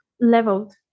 leveled